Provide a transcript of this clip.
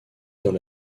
dans